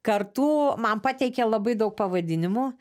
kartu man pateikė labai daug pavadinimų